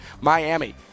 Miami